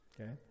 Okay